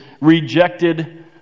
rejected